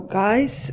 guys